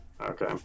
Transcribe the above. Okay